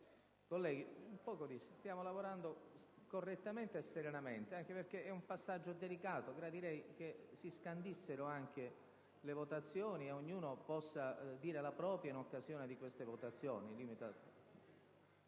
Colleghi, stiamo lavorando correttamente e serenamente, anche perché si tratta di un passaggio delicato. Gradirei che si scandissero anche le votazioni e che ognuno possa dire la propria in occasione delle votazioni.